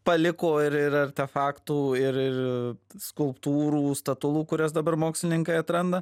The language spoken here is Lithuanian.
paliko ir ir artefaktų ir ir skulptūrų statulų kurias dabar mokslininkai atranda